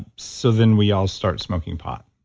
so, then we all start smoking pot